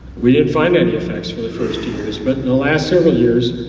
we didn't find any effects for the first two years, but in the last several years,